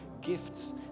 gifts